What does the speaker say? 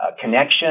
connection